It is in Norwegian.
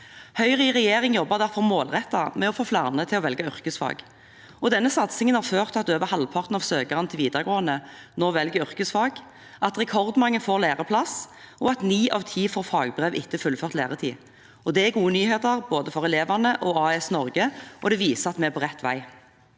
Høyre i regjering jobbet derfor målrettet med å få flere til å velge yrkesfag. Denne satsingen har ført til at over halvparten av søkerne til videregående nå velger yrkesfag, at rekordmange får læreplass, og at ni av ti får fagbrev etter fullført læretid. Det er gode nyheter for både elevene og AS Norge, og det viser at vi er på rett vei.